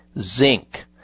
zinc